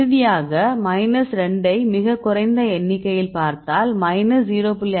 இறுதியாக மைனஸ் 2 ஐ மிகக் குறைந்த எண்ணிக்கையில் பார்த்தால் மைனஸ் 0